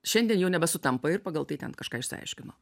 šiandien jau nebesutampa ir pagal tai ten kažką išsiaiškino